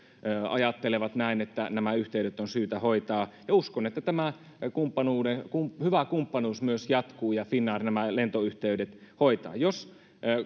ajattelevat näin että nämä yhteydet on syytä hoitaa ja uskon että tämä hyvä kumppanuus myös jatkuu ja finnair nämä lentoyhteydet hoitaa jos